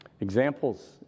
Examples